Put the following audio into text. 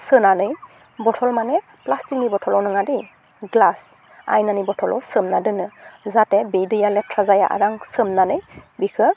सोनानै बटल माने प्लाष्टिकनि बटलाव नङा दे ग्लास आइनानि बटलाव सोमना दोनो जाहाथे बे दैआ लेथ्रा जाया आरो आं सोमनानै बिखौ